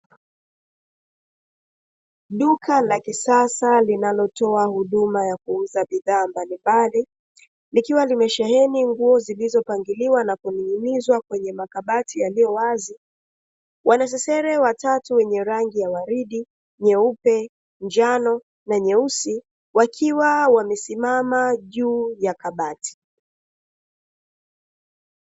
Duka la kisasa linalotoa huduma ya kuuza bidhaa mbalimbali, likiwa limesheheni nguo zilizopangiliwa na kuning'inizwa kwenye makabati yaliyo wazi. Wanasesere watatu wenye rangi ya waridi, nyeupe, njano na nyeusi, wakiwa wamesimama juu ya kabati.